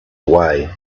away